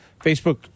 Facebook